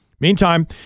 Meantime